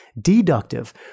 deductive